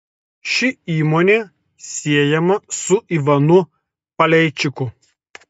ši įmonė siejama su ivanu paleičiku